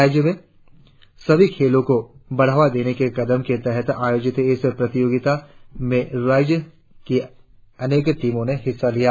राज्य में सभी खेलों को बढ़ावा देने के कदम के तहत आयोजित इस प्रतियोगिता में राज्य की अनेक टीमों ने हिस्सा लिया